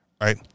right